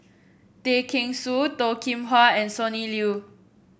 Tay Kheng Soon Toh Kim Hwa and Sonny Liew